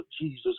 Jesus